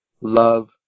love